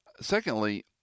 Secondly